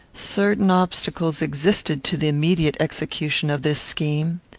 certain obstacles existed to the immediate execution of this scheme.